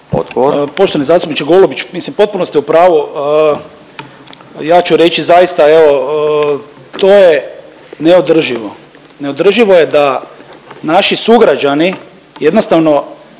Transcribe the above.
Poštovani zastupniče Golubić, mislim potpuno ste u pravu. Ja ću reći zaista evo to je neodrživo, neodrživo je da naši sugrađani jednostavno